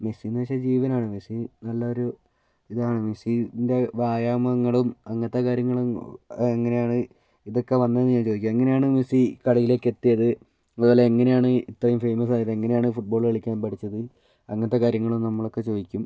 Messi എന്നു വച്ചാൽ ജീവനാണ് മെസ്സി നല്ല ഒരു ഇതാണ് മെസ്സിൻ്റെ വ്യയാമങ്ങളും അങ്ങനത്തെ കാര്യങ്ങളും എങ്ങനെയാണ് ഇതൊക്കെ വന്നത് ഞാൻ ചോദിക്കുക എങ്ങനെയാണ് മെസ്സി കളിയിലേക്ക് എത്തിയത് അതുപോലെ എങ്ങനെയാണ് ഇത്രയും ഫേമസ് ആയത് എങ്ങനെയാണ് ഫുട്ബോള് കളിക്കാൻ പഠിച്ചത് അങ്ങനത്തെ കാര്യങ്ങളും നമ്മളെയൊക്കെ ചോദിക്കും